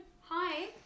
hi